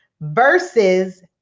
versus